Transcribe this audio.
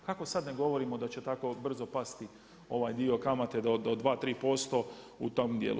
Kako sad ne govorimo da će tako brzo pasti ovaj dio kamate da od 2, 3% u tom dijelu.